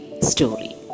story